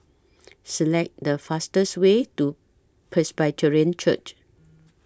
Select The fastest Way to Presbyterian Church